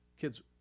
kids